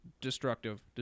destructive